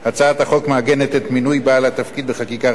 הצעת החוק מעגנת את מינוי בעל התפקיד בחקיקה ראשית,